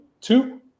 Two